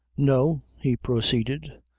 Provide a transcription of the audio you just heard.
no, he proceeded,